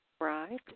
Right